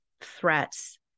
threats